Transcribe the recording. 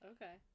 Okay